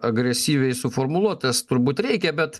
agresyviai suformuluotas turbūt reikia bet